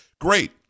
Great